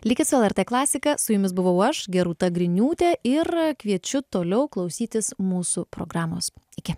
likit su lrt klasika su jumis buvau aš gerūta griniūtė ir kviečiu toliau klausytis mūsų programos iki